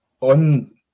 On